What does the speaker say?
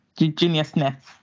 geniusness